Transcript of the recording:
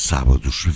Sábados